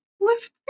lift